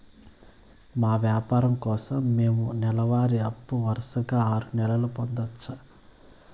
మా వ్యాపారం కోసం మేము నెల వారి అప్పు వరుసగా ఆరు నెలలు పొందొచ్చా?